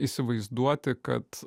įsivaizduoti kad